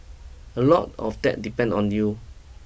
a lot of that depend on you